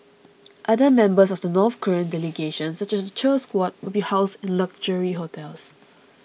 other members of the North Korean delegation such as the cheer squad will be housed in luxury hotels